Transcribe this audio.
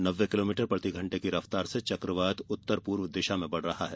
नब्बे किलोमीटर प्रतिघंटे की रफ्तार से चक्रवात उत्तर पूर्व दिशा में बढ़ रहा है